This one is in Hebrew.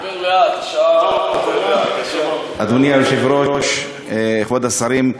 תדבר לאט, השעה, אדוני היושב-ראש, כבוד השרים,